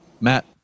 Matt